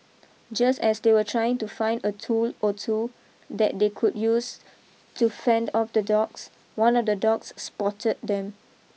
just as they were trying to find a tool or two that they could use to fend off the dogs one of the dogs spotted them